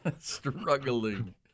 Struggling